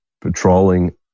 patrolling